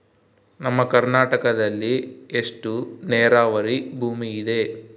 ನಮ್ಮ ಕರ್ನಾಟಕದಲ್ಲಿ ಎಷ್ಟು ನೇರಾವರಿ ಭೂಮಿ ಇದೆ?